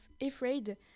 afraid